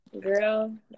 girl